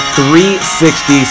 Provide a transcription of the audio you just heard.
360